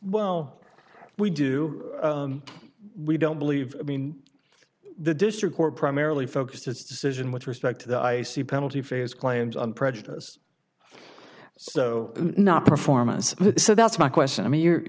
well we do we don't believe i mean the district court primarily focused its decision with respect to the i c penalty phase claims on prejudice so not performance so that's my question i mean